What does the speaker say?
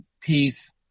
peace